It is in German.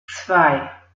zwei